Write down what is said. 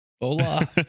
Hola